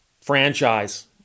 franchise